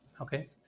Okay